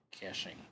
caching